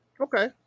Okay